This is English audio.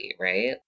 right